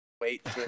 wait